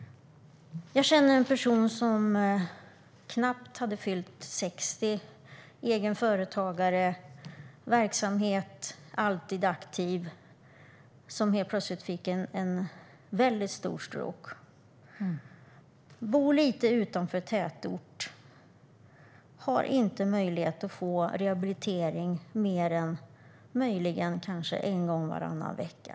Jag känner en person som knappt hade fyllt 60 år, en egen företagare med verksamhet, alltid aktiv, som helt plötsligt fick en väldigt stor stroke. Personen bor lite utanför tätort och har inte möjlighet att få rehabilitering mer än möjligen en gång varannan vecka.